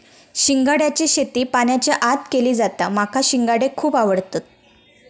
शिंगाड्याची शेती पाण्याच्या आत केली जाता माका शिंगाडे खुप आवडतत